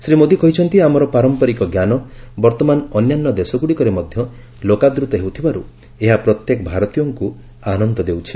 ଶ୍ରୀ ମୋଦି କହିଛନ୍ତି ଆମର ପାରମ୍ପରିକ ଞ୍ଜାନ ବର୍ତ୍ତମାନ ଅନ୍ୟାନ୍ୟ ଦେଶଗୁଡ଼ିକରେ ମଧ୍ୟ ଲୋକାଦୃତ ହେଉଥିବାରୁ ଏହା ପ୍ରତ୍ୟେକ ଭାରତୀୟଙ୍କୁ ଅତ୍ୟନ୍ତ ଆନନ୍ଦ ଦେଉଛି